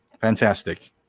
Fantastic